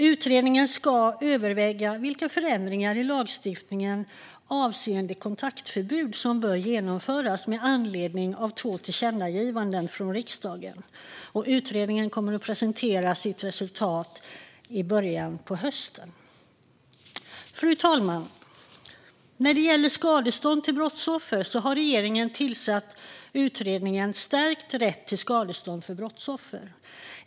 Utredningen ska överväga vilka förändringar i lagstiftningen avseende kontaktförbud som bör genomföras med anledning av två tillkännagivanden från riksdagen. Utredningen kommer att presentera sitt resultat i början av hösten. Fru talman! När det gäller skadestånd till brottsoffer har regeringen tillsatt utredningen Stärkt rätt till skadestånd för brottsoffer .